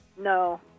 No